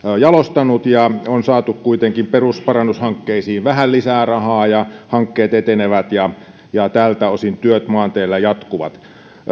jalostaneet on saatu kuitenkin perusparannushankkeisiin vähän lisää rahaa ja hankkeet etenevät ja ja tältä osin työt maanteillä jatkuvat